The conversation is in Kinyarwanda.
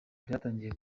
byatangiye